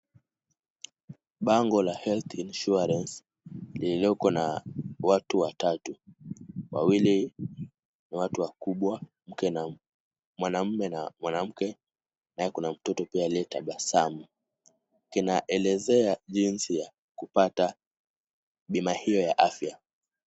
Bango la Health insurance , lililoko na watu watatu. Wawili ni watu wakubwa mke, mwanamume na mwanamke na kuna mtoto pia aliye tabasamu. Kinaelezea jinsi ya kupata bima hiyo ya afya.